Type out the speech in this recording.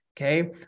Okay